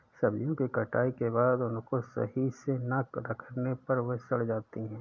सब्जियों की कटाई के बाद उनको सही से ना रखने पर वे सड़ जाती हैं